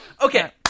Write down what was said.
Okay